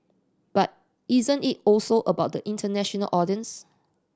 but isn't it also about the international audience